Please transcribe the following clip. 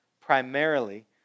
primarily